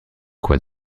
quoi